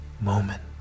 moment